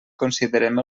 considerem